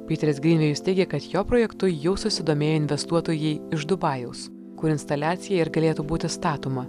piteris grynvėjus teigia kad jo projektu jau susidomėjo investuotojai iš dubajaus kur instaliacija ir galėtų būti statoma